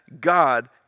God